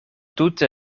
tute